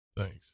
Thanks